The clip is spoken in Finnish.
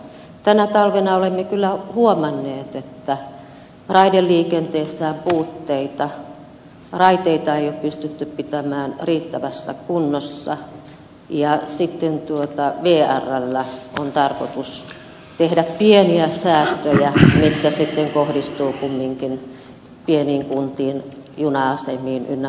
tänä talvena olemme kyllä huomanneet että raideliikenteessä on puutteita raiteita ei ole pystytty pitämään riittävässä kunnossa ja sitten vrllä on tarkoitus tehdä pieniä säästöjä mitkä sitten kohdistuvat kumminkin pieniin kuntiin juna asemiin ynnä muuta